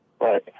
Right